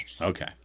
Okay